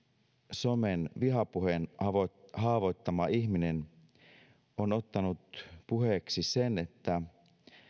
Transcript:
somen vihapuheen haavoittama ihminen on ottanut puheeksi sen että